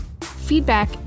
Feedback